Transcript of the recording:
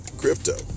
crypto